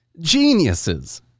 geniuses